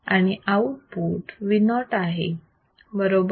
आणि output Vo आहे बरोबर